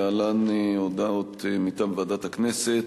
להלן הודעות מטעם ועדת הכנסת: